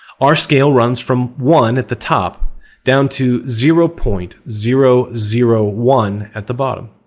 our scale runs from one at the top down to zero point zero zero one at the bottom.